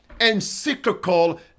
encyclical